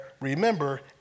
remember